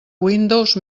windows